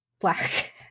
black